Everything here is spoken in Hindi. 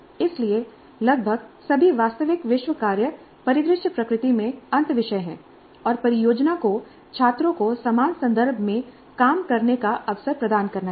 इसलिए लगभग सभी वास्तविक विश्व कार्य परिदृश्य प्रकृति में अंतःविषय हैं और परियोजना को छात्रों को समान संदर्भ में काम करने का अवसर प्रदान करना चाहिए